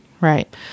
Right